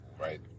right